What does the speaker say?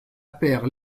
paire